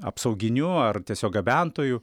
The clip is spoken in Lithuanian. apsauginiu ar tiesiog gabentoju